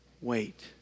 wait